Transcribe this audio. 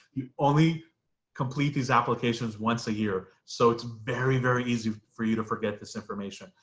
you only complete these applications once a year so it's very very easy for you to forget this information,